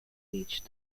reached